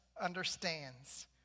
understands